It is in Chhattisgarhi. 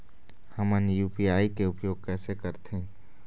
हमन यू.पी.आई के उपयोग कैसे करथें?